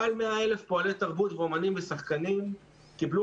מעל 100,000 פועלי תרבות ואומנים ושחקנים קיבלו